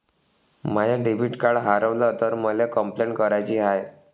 माय debit card हारवल तर मले कंपलेंट कराची हाय